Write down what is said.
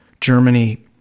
Germany